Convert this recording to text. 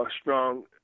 strong